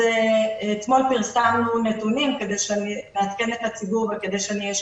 אתמול פרסמנו נתונים כדי שנעדכן את הציבור וכדי שנהיה שקופים.